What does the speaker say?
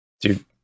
dude